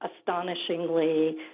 astonishingly